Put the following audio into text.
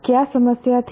क्या समस्या थी